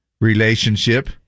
relationship